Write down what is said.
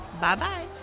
Bye-bye